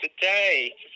Today